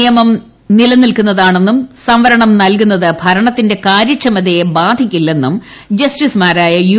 നിയമം നിലനിൽക്കുന്നതാണെന്നും സംവരണം നൽകുന്നത് ഭരണത്തിന്റെ കാര്യക്ഷമതയെ ബാധിക്കില്ലെന്നും ജസ്റ്റിസുമാരായ യു